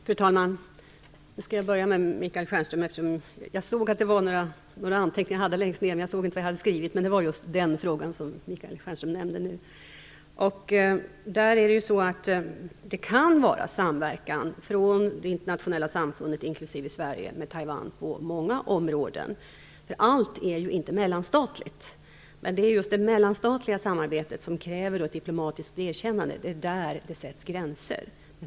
Fru talman! Jag skall börja med att besvara Michael Stjernströms frågor. Det kan vara en samverkan från det internationella samfundet, inklusive Sverige, med Taiwan på många områden. Allt är ju inte mellanstatligt. Men det är just det mellanstatliga samarbetet som kräver ett diplomatiskt erkännande. Det är där det sätts gränser.